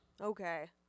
okay